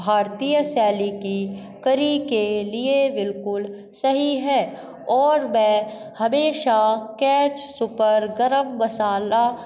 भारतीय शैली की करी के लिए बिल्कुल सही है और मैं हमेशा कैच सुपर गर्म मसाला